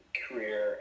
career